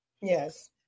Yes